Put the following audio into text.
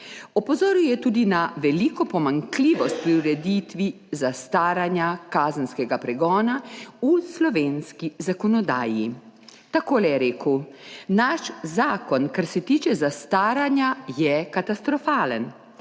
Opozoril je tudi na veliko pomanjkljivost pri ureditvi zastaranja kazenskega pregona v slovenski zakonodaji. Takole je rekel: »Naš zakon, kar se tiče zastaranja, je katastrofalen.